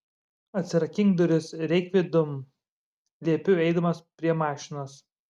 atsirakink duris ir eik vidun liepiu eidamas prie mašinos